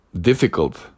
difficult